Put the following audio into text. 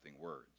words